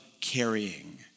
carrying